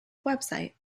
website